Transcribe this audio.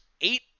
eight